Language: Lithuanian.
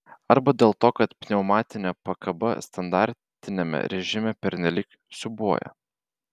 arba dėl to kad pneumatinė pakaba standartiniame režime pernelyg siūbuoja